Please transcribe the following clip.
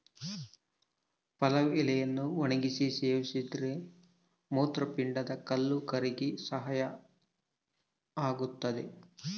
ಪಲಾವ್ ಎಲೆಯನ್ನು ಒಣಗಿಸಿ ಸೇವಿಸೋದ್ರಲಾಸಿ ಮೂತ್ರಪಿಂಡದ ಕಲ್ಲು ಕರಗಿಸಲು ಸಹಾಯ ಆಗುತ್ತದೆ